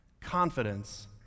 confidence